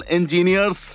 Engineers